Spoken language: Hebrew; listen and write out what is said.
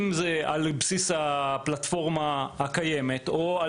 בין אם זה יהיה על בסיס הפלטפורמה הקיימת ובין